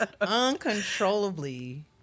Uncontrollably